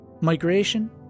Migration